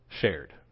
shared